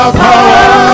power